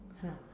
!huh!